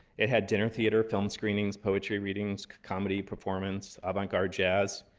it had dinner theater, film screenings, poetry readings, comedy performance, avant garde jazz,